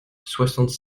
soixante